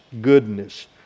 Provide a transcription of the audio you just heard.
goodness